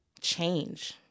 change